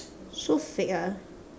so fake ah